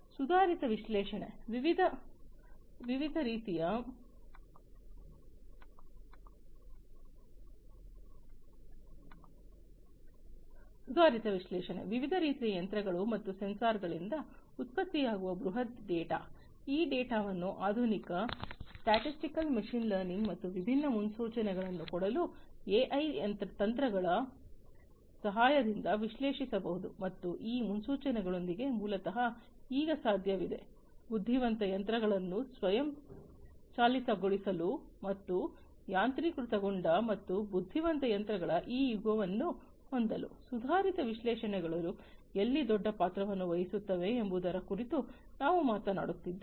ಸುಧಾರಿತ ವಿಶ್ಲೇಷಣೆ ವಿವಿಧ ರೀತಿಯ ಯಂತ್ರಗಳು ಮತ್ತು ಸೆನ್ಸಾರ್ಗಳಿಂದ ಉತ್ಪತ್ತಿಯಾಗುವ ಬೃಹತ್ ಡೇಟಾ ಈ ಡೇಟಾವನ್ನು ಆಧುನಿಕ ಸ್ಟ್ಯಾಟಿಸ್ಟಿಕಲ್ ಮಿಷಿನ್ ಲರ್ನಿಂಗ್ ಮತ್ತು ವಿಭಿನ್ನ ಮುನ್ಸೂಚನೆಗಳನ್ನು ಕೊಡಲು ಎಐ ತಂತ್ರಗಳ ಸಹಾಯದಿಂದ ವಿಶ್ಲೇಷಿಸಬಹುದು ಮತ್ತು ಈ ಮುನ್ಸೂಚನೆಗಳೊಂದಿಗೆ ಮೂಲತಃ ಈಗ ಸಾಧ್ಯವಿದೆ ಬುದ್ಧಿವಂತ ಯಂತ್ರಗಳನ್ನು ಸ್ವಯಂಚಾಲಿತಗೊಳಿಸಲು ಮತ್ತು ಯಾಂತ್ರೀಕೃತಗೊಂಡ ಮತ್ತು ಬುದ್ಧಿವಂತ ಯಂತ್ರಗಳ ಈ ಯುಗವನ್ನು ಹೊಂದಲು ಸುಧಾರಿತ ವಿಶ್ಲೇಷಣೆಗಳು ಎಲ್ಲಿ ದೊಡ್ಡ ಪಾತ್ರವನ್ನು ವಹಿಸುತ್ತವೆ ಎಂಬುದರ ಕುರಿತು ನಾವು ಮಾತನಾಡುತ್ತಿದ್ದೇವೆ